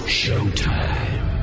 showtime